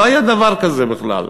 לא היה דבר כזה בכלל.